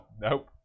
Nope